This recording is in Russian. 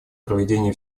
проведение